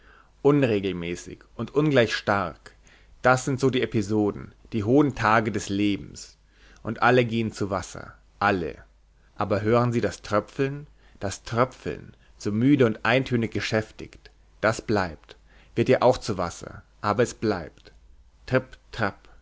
unregelmäßig und ungleich stark das sind so die episoden die hohen tage des lebens und alle gehen zu wasser alle aber hören sie das tröpfeln das tröpfeln so müde und eintönig geschäftig das bleibt wird ja auch zu wasser aber es bleibt tripp trapp